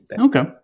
Okay